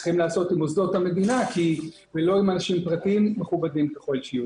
צריך לעשות עם מוסדות המדינה ולא עם אנשים פרטיים מכובדים ככל שיהיו.